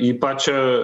į pačią